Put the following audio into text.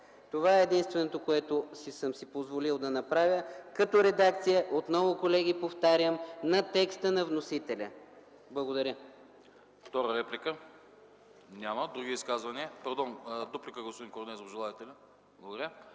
това е единственото, което съм си позволил да направя като редакция, отново повтарям, колеги, на текста на вносителя! Благодаря.